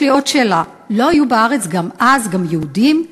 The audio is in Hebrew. יש לי עוד שאלה: לא היו בארץ אז גם יהודים?